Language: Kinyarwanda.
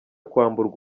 kwamburwa